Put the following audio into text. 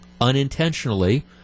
unintentionally